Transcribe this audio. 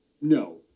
No